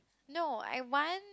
no I want